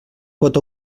pot